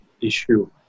issue